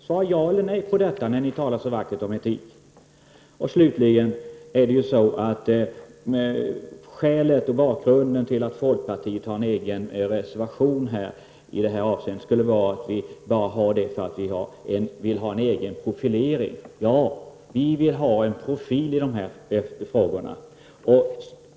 När ni nu talar så vackert om etik borde ni kunna svara ja eller nej på den frågan. Slutligen skulle skälet till att folkpartiet har en egen reservation i detta avseende bara vara att vi vill ha en egen profilering. Ja, vi vill ha en profil när det gäller dessa frågor.